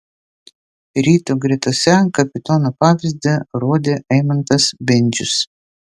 ryto gretose kapitono pavyzdį rodė eimantas bendžius